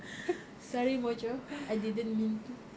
sorry mojo I didn't mean to